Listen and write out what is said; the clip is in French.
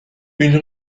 une